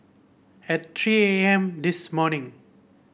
at three A M this morning